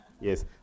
Yes